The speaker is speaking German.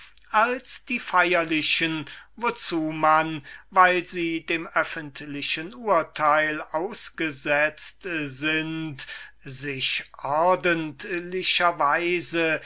als die feierlichen handlungen wozu man weil sie dem öffentlichen urteil ausgesetzt sind sich ordentlicher